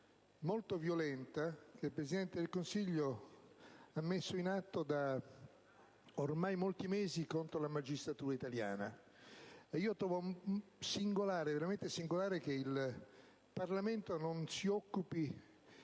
molto violenta che il Presidente del Consiglio ha messo in atto da ormai molti mesi contro la magistratura italiana. Ed io trovo singolare, veramente singolare, che il Parlamento non si occupi